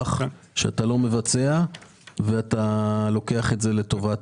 שאתה לא מבצע ואתה לוקח את זה לטובת